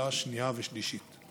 לקריאה שנייה ושלישית.